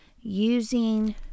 using